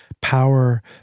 power